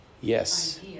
Yes